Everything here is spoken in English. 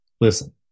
Listen